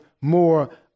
more